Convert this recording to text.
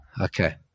Okay